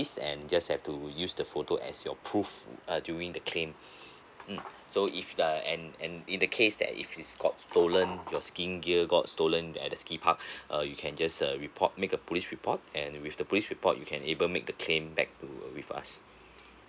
and just have to use the photo as your proof uh during the claim mm so if the and and in the case that if it's got stolen your skiing gear got stolen at the ski park uh you can just uh report make a police report and with the police report you can able make the claim back to with us